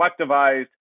collectivized